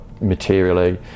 materially